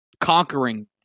conquering